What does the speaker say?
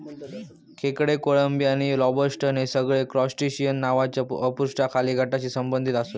खेकडे, कोळंबी आणि लॉबस्टर हे सगळे क्रस्टेशिअन नावाच्या अपृष्ठवंशी गटाशी संबंधित आसत